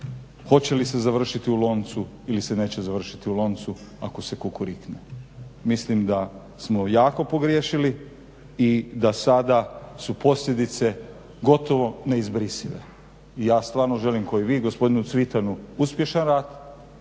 hoće li se završiti u loncu ili se neće završiti u loncu ako se kukurikne. Mislim da smo jako pogriješili i da sada su posljedice gotovo neizbrisive. Ja stvarno želim kao i vi gospodinu Cvitanu uspješan rad